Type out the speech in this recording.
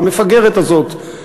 המפגרת הזאת,